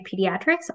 Pediatrics